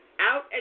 out